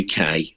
UK